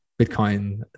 Bitcoin